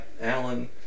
Alan